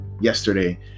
yesterday